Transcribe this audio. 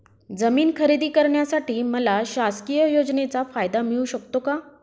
जमीन खरेदी करण्यासाठी मला शासकीय योजनेचा फायदा मिळू शकतो का?